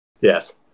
Yes